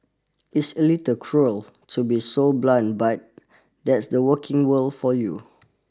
it's a little cruel to be so blunt but that's the working world for you